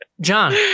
john